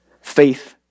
faith